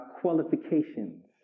qualifications